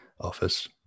office